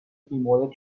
بیمورد